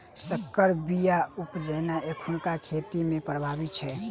सँकर बीया उपजेनाइ एखुनका खेती मे प्रभावी छै